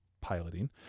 piloting